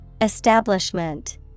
Establishment